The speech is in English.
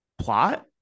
plot